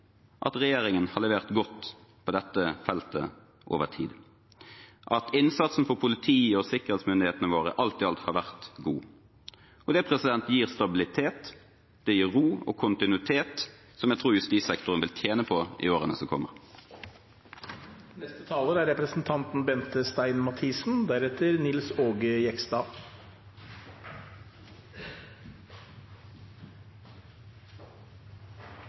at regjeringen over tid har levert godt på dette feltet, at innsatsen for politiet og sikkerhetsmyndighetene våre alt i alt har vært god. Det gir stabilitet, det gir ro og kontinuitet, noe jeg tror justissektoren vil tjene på i årene som